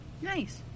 Nice